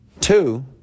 two